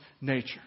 nature